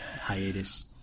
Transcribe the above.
Hiatus